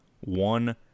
one